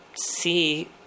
see